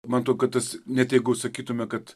man to kad tas net jeigu sakytume kad